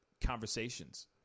conversations